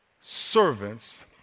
servants